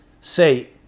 say